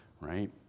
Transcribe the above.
Right